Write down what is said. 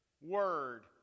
word